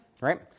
right